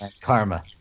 Karma